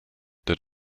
did